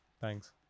thanks